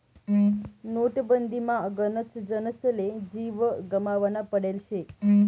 नोटबंदीमा गनच जनसले जीव गमावना पडेल शे